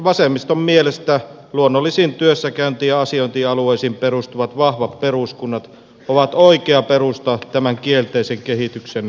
vasemmiston mielestä luonnollisiin työssäkäynti ja asiointialueisiin perustuvat vahvat peruskunnat ovat oikea perusta tämän kielteisen kehityksen kääntämiselle